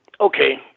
Okay